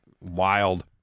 wild